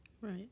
Right